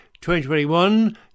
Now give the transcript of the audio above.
2021